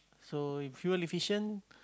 so you fuel efficient